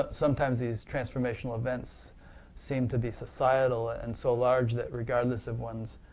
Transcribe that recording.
sometimes these transformational events seem to be societal and so large that regardless of one's